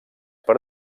per